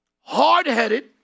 hard-headed